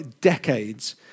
decades